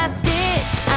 stitch